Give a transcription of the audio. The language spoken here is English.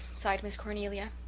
sighed miss cornelia.